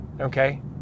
okay